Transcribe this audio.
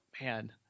Man